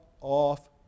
off